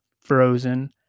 frozen